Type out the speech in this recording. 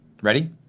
Ready